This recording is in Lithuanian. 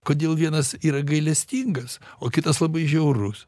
kodėl vienas yra gailestingas o kitas labai žiaurus